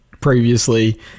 previously